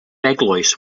eglwys